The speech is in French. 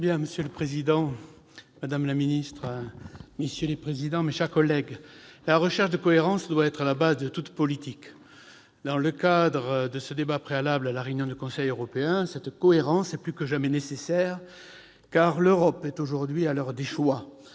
Monsieur le président, madame la ministre, messieurs les président et vice-président de commission, mes chers collègues, la recherche de cohérence doit être la base de toute politique. Dans le cadre de notre débat préalable à la réunion du Conseil européen, cette cohérence est plus que jamais nécessaire, car l'Europe est aujourd'hui à l'heure des choix.